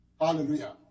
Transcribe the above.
hallelujah